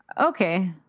Okay